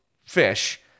fish